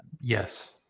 Yes